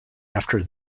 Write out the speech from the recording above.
after